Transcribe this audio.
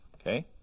okay